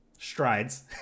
strides